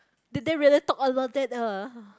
did they really talk a lot that uh